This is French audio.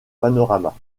panorama